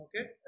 okay